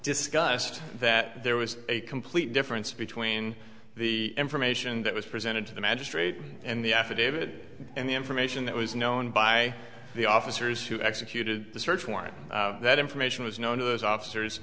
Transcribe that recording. discussed that there was a complete difference between the information that was presented to the magistrate and the affidavit and the information that was known by the officers who executed the search warrant that information was known to those officers